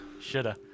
Shoulda